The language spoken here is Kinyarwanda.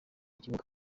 ikibuga